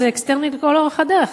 אז זה אקסטרני לאורך כל הדרך,